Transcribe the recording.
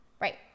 Right